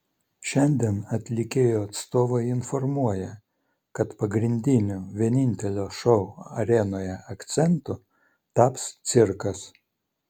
šiandien atlikėjo atstovai informuoja kad pagrindiniu vienintelio šou arenoje akcentu taps cirkas